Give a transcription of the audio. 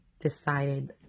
decided